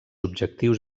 objectius